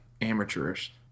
amateurish